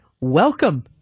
welcome